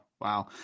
wow